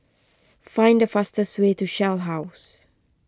find the fastest way to Shell House